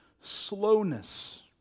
slowness